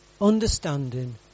understanding